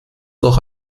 noch